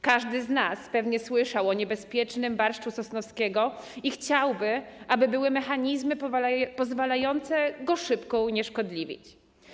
Każdy z nas pewnie słyszał o niebezpiecznym barszczu Sosnowskiego i chciałby, aby były mechanizmy pozwalające go szybko unieszkodliwić.